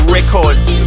Records